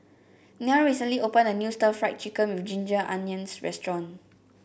Nell recently opened a new Stir Fried Chicken with Ginger Onions restaurant